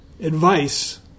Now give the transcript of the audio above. advice